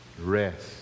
rest